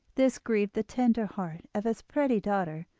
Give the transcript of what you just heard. this grieved the tender heart of his pretty daughter,